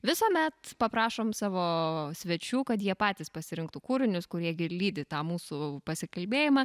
visuomet paprašom savo svečių kad jie patys pasirinktų kūrinius kurie gi lydi tą mūsų pasikalbėjimą